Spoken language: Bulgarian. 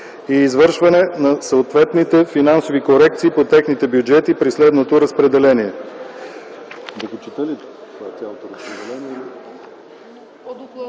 и извършване на съответните финансови корекции по техните бюджети, при следното разпределение: